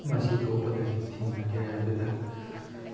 ꯃꯁꯤ ꯊꯣꯛꯄꯗꯒꯤ ꯊꯤꯡꯉꯒꯦ ꯍꯥꯏꯕꯗ